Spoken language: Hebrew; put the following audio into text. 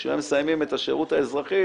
כשהם מסיימים את השירות האזרחי,